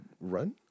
run